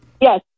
Yes